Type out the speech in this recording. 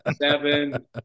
seven